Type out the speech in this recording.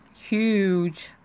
Huge